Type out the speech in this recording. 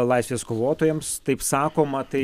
laisvės kovotojams taip sakoma tai